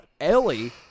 Ellie